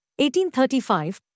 1835